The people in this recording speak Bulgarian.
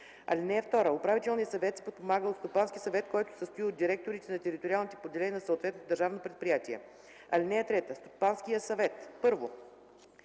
храните. (2) Управителният съвет се подпомага от Стопански съвет, който се състои от директорите на териториалните поделения на съответното държавно предприятие. (3) Стопанският съвет: 1.